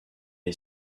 est